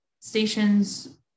stations